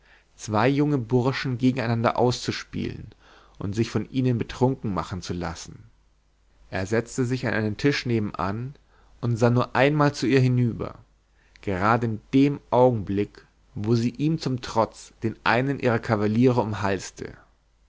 zwei junge burschen gegeneinander auszuspielen und sich von ihnen betrunken machen zu lassen er setzte sich an einen tisch nebenan und sah nur einmal zu ihr hinüber gerade in dem augenblick wo sie ihm zum trotz den einen ihrer kavaliere umhalste